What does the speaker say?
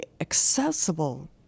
accessible